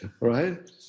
Right